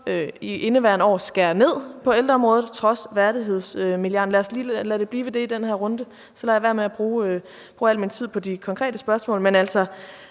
i indeværende år skærer ned på ældreområdet trods værdighedsmilliarden? Lad det lige blive ved det i den her runde, så lader jeg være med at bruge al min tid på de konkrete spørgsmål. Man har